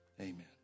amen